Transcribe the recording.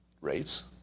rates